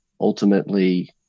ultimately